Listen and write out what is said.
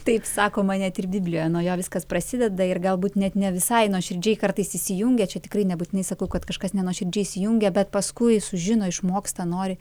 taip sakoma net ir biblijoje nuo jo viskas prasideda ir galbūt net ne visai nuoširdžiai kartais įsijungia čia tikrai nebūtinai sakau kad kažkas nenuoširdžiai įsijungia bet paskui sužino išmoksta nori